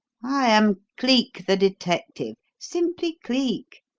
i am cleek, the detective simply cleek.